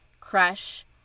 crush